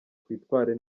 twitware